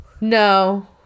No